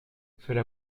cela